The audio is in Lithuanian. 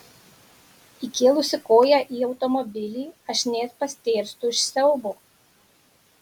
įkėlusi koją į automobilį aš net pastėrstu iš siaubo